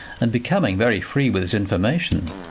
and becoming very free with his information.